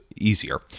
easier